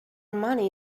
money